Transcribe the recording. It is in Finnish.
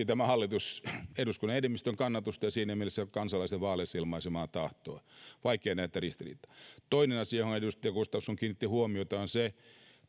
tämä hallitus nauttii eduskunnan enemmistön kannatusta ja siinä mielessä kansalaisten vaaleissa ilmaisemaa tahtoa vaikea nähdä tässä ristiriitaa toinen asia johon edustaja gustafsson kiinnitti huomiota on se